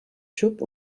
xup